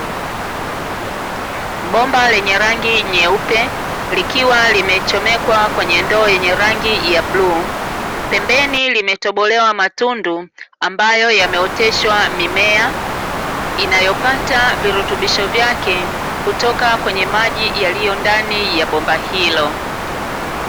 Bomba lenye rangi nyeupe, likiwa limechomekwa kwenye ndoo yenye rangi ya bluu, pembeni limetobolewa matundu ambayo yameoteshwa mimea, inayopata virutubisho vyake, kutoka kwenye maji yaliyo ndani ya bomba hilo .